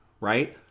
Right